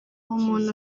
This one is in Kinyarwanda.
umuntu